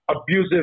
abusive